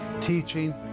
teaching